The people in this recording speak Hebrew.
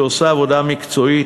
שעושה עבודה מקצועית,